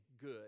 good